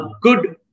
good